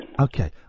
Okay